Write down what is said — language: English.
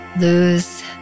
lose